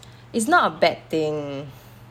it's not a bad thing